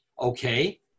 Okay